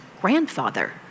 grandfather